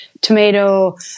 tomato